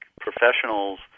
professionals